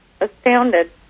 astounded